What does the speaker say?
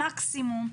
מקסימום,